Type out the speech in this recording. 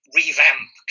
revamp